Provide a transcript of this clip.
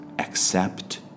accept